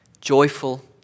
joyful